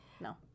no